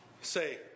say